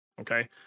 Okay